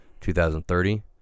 2030